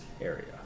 area